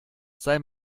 sei